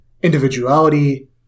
individuality